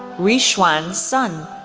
ruixuan sun,